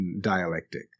dialectic